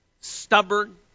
stubborn